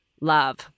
love